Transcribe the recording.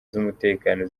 z’umutekano